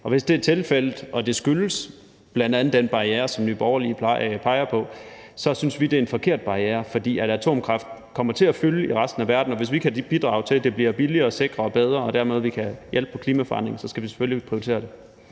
Og hvis det er tilfældet og det bl.a. skyldes den barriere, som Nye Borgerlige peger på, synes vi, det er en forkert barriere, for atomkraft kommer til at fylde i resten af verden, og hvis vi kan bidrage til, at det bliver billigere og sikrere og bedre, og at vi dermed kan hjælpe i forhold til klimaforandringerne, skal man have mulighed for at prioritere det.